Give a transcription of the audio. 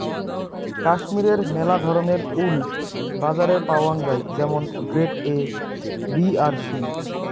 কাশ্মীরের মেলা ধরণের উল বাজারে পাওয়াঙ যাই যেমন গ্রেড এ, বি আর সি